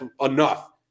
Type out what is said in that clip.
enough